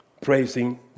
praising